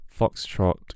Foxtrot